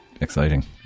exciting